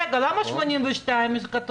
למה כתוב שם 82?